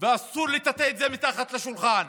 ואסור לטאטא את זה מתחת לשולחן